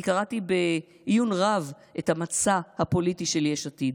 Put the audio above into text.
אני קראתי בעיון רב את המצע הפוליטי של יש עתיד.